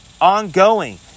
ongoing